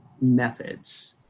methods